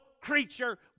creature